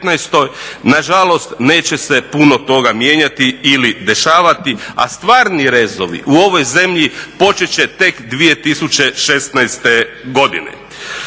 nažalost neće se puno toga mijenjati ili dešavati, a stvarni rezovi u ovoj zemlji počet će tek 2016. godine.